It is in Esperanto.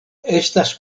estas